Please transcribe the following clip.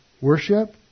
worship